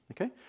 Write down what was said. Okay